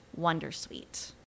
Wondersuite